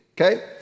okay